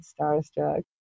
starstruck